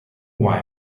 why